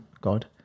God